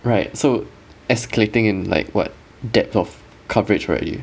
right so escalating in like what depth of coverage right you